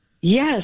Yes